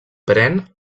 pren